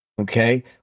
okay